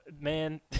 man